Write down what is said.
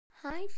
Hi